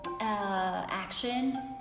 action